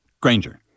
Granger